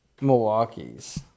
Milwaukees